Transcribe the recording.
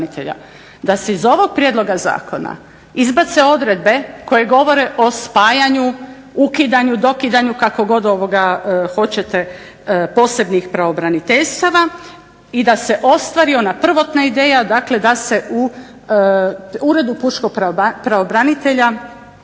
da se iz ovog prijedloga zakona izbace odredbe koje govore o spajanju, ukidanju, dokidanju kako god hoćete posebnih pravobraniteljstava, i da se ostvari ona prvotna ideja, dakle da se u uredu pučkog pravobranitelja